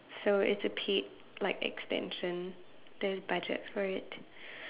so it's a paid like extension there's budget for it